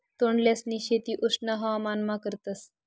तोंडल्यांसनी शेती उष्ण हवामानमा करतस